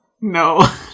No